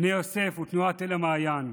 בני יוסף ותנועת אל המעיין.